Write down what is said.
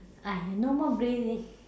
!aiya! no more grading